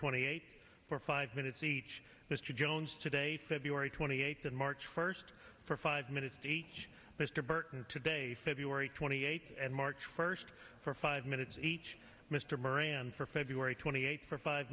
twenty eighth for five minutes each mr jones today february twenty eighth and march first for five minutes each mr burton today february twenty eighth and march first for five minutes each mr moran for february twenty eighth for five